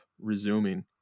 resuming